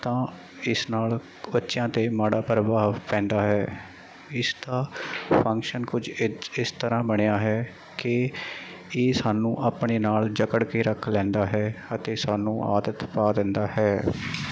ਤਾਂ ਇਸ ਨਾਲ ਬੱਚਿਆਂ 'ਤੇ ਮਾੜਾ ਪ੍ਰਭਾਵ ਪੈਂਦਾ ਹੈ ਇਸਦਾ ਫੰਕਸ਼ਨ ਕੁਝ ਇਜ ਇਸ ਤਰ੍ਹਾਂ ਬਣਿਆ ਹੈ ਕਿ ਇਹ ਸਾਨੂੰ ਆਪਣੇ ਨਾਲ ਜਕੜ ਕੇ ਰੱਖ ਲੈਂਦਾ ਹੈ ਅਤੇ ਸਾਨੂੰ ਆਦਤ ਪਾ ਦਿੰਦਾ ਹੈ